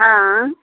आइ